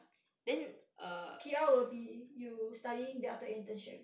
P_R will be you study then after that internship